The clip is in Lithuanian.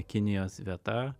kinijos vieta